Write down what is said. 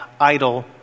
idle